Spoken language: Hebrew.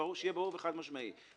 ברור וחד משמעי.